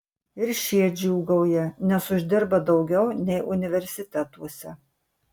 ir šie džiūgauja nes uždirba daugiau nei universitetuose